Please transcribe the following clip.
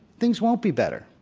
things won't be better.